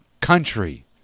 country